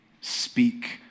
speak